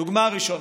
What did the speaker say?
דוגמה ראשונה: